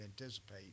anticipate